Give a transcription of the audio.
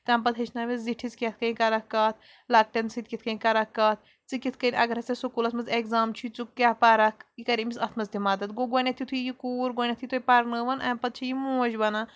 تَمۍ پَتہٕ ہیٚچھناوٮ۪س زِٹھِس کِتھ کَنۍ کَرَکھ کَتھ لۄکٹٮ۪ن سۭتۍ کِتھ کَنۍ کَرَکھ کَتھ ژٕ کِتھ کَنۍ اگر ہسا سکوٗلَس منٛز اٮ۪کزام چھُے ژٕ کیٛاہ پَرَکھ یہِ کَرِ أمِس اَتھ منٛز تہِ مَدَت گوٚو گۄڈٕنٮ۪تھ یُتھُے یہِ کوٗر گۄڈٕنٮ۪تھ یہِ تۄہہِ پَرنٲوٕن اَمۍ پَتہٕ چھےٚ یہِ موج بَنان